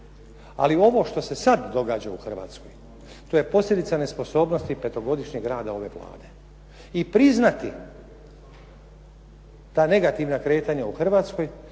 Ali ovo što se sad događa u Hrvatskoj to je posljedica nesposobnosti petogodišnjeg rada ove Vlade i priznati ta negativna kretanja u Hrvatskoj